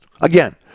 Again